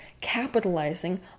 capitalizing